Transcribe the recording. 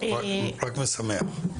רק משמח.